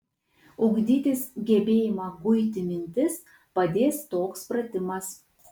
ugdytis gebėjimą guiti mintis padės toks pratimas